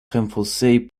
renforcée